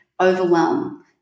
overwhelm